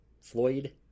Floyd